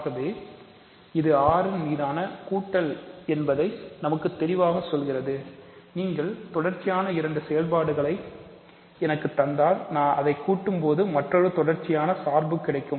ஆகவே இது R மீதான கூட்டல் என்பதை நமக்கு தெளிவாக சொல்கிறது நீங்கள் தொடர்ச்சியான இரண்டு செயல்பாடுகளை எனக்குத் தந்தால் நான் அதைக் கூட்டும்போது மற்றொரு தொடர்ச்சியான சார்பு கிடைக்கும்